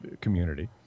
community